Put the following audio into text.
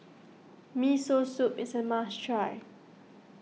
Miso Soup is a must try